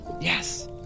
yes